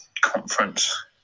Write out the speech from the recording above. Conference